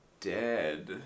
dead